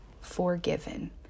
forgiven